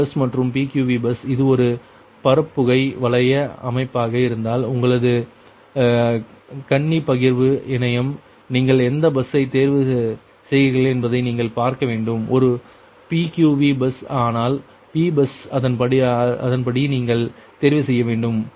P bus மற்றும் PQV bus இது ஒரு பரப்புகை வளைய அமைப்பாக இருந்தால் உங்களது கண்ணி பகிர்வு இணையம் நீங்கள் எந்த பஸ்ஸை தேர்வு செய்கிறீர்கள் என்பதை நீங்கள் பார்க்க வேண்டும் ஒரு PQV பஸ் ஆனால் P பஸ் அதன்படி நீங்கள் தேர்வு செய்ய வேண்டும்